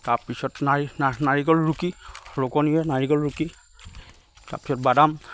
তাৰপিছত নাৰী নাৰিকল ৰুকি ৰোকনীয়ে নাৰিকল ৰুকি তাৰপিছত বাদাম